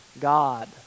god